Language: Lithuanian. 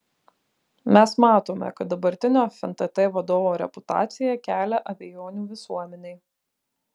mes matome kad dabartinio fntt vadovo reputacija kelia abejonių visuomenei